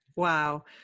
Wow